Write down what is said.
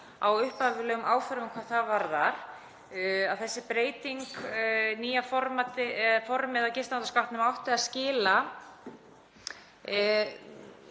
á upphaflegum áformum hvað það varðar. Þessi breyting, nýja formið á gistináttaskattinum, átti að skila